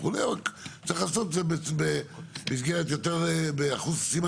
רק צריך לעשות את זה במסגרת אחוז חסימה